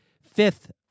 fifth